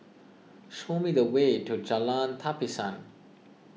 show me the way to Jalan Tapisan